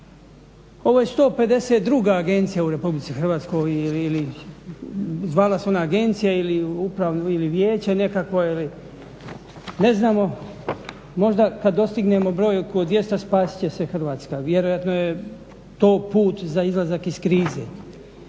Ovo je 152 agencija u RH i zvala se ona agencija ili upravno vijeće nekakvo. Ili ne znamo možda kad dostignemo brojku od 200 spasit će se Hrvatska. Vjerojatno je to put za izlazak iz krize.